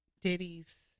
Diddy's